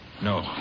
No